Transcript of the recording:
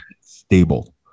stable